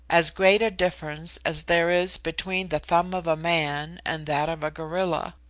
as great a difference as there is between the thumb of a man and that of a gorilla.